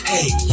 Hey